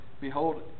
Behold